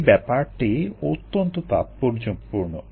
এই ব্যাপারটি অত্যন্ত তাৎপর্যপূর্ণ